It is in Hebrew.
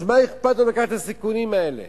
אז מה אכפת לו לקחת את הסיכונים האלה?